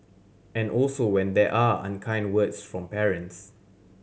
and also when there are unkind words from parents